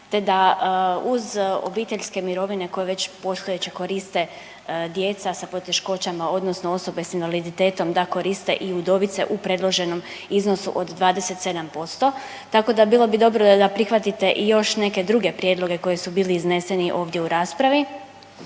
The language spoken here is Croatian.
te da uz obiteljske mirovine koje već postojeće koriste djeca sa poteškoćama odnosno osobe s invaliditetom da koriste i udovice u predloženom iznosu od 27%, tako da bilo bi dobro da prihvatite i još neke druge prijedloge koji su bili izneseni ovdje u raspravi.